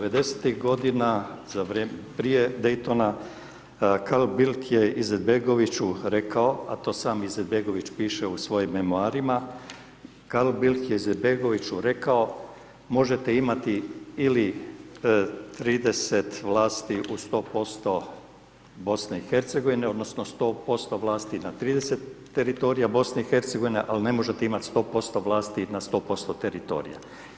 90.-tih godina, prije Daytona, Carl Bildt je Izetbegoviću rekao, a to sam Izetbegović piše u svojim memoarima, Carl Bildt je Izetbegoviću rekao, možete imati ili 30 vlasti u 100% BiH, odnosno 100% vlasti na 30 teritorija Bih, ali ne možete imati 100% vlasti na 100% teritorija.